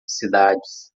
cidades